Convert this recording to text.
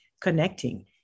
connecting